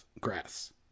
grass